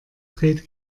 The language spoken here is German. dreht